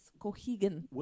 Cohegan